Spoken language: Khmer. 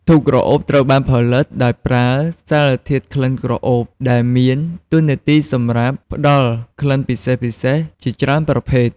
ធូបក្រអូបត្រូវបានផលិតដោយប្រើសារធាតុក្លិនក្រអូប ដែលមានតួនាទីសម្រាប់ផ្តល់ក្លិនពិសេសៗជាច្រើនប្រភេទ។